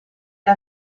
era